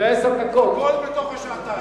ועשר דקות, הכול בתוך השעתיים.